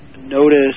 notice